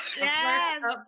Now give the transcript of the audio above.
Yes